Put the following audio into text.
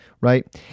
right